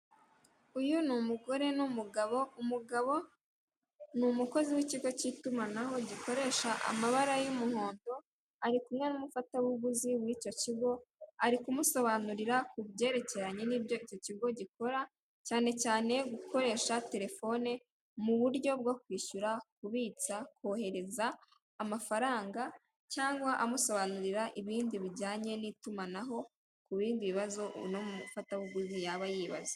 Uyu ni umugore n'umugabo, umugabo ni umukozi w'ikigo cy'itumanaho gikoresha amabara y'umuhondo, ari kumwe n'umufatabuguzi w'icyo kigo, ari kumusobanurira ku byerekeranye n'ibyo icyo kigo gikora, cyane cyane gukoresha telefoni mu buryo bwo kwishyura, kubitsa , kohereza amafaranga cyangwa amusobanurira ibindi bijyanye n'itumanaho ku bindi bibazo uno mufatabuguzi yaba yibaza.